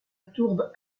tourbe